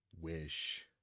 Wish